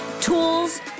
tools